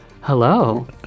Hello